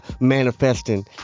manifesting